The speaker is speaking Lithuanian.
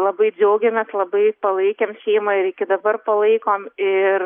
labai džiaugiamės labai palaikėm šeimą ir iki dabar palaikom ir